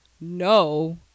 No